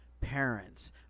parents